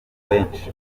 benshi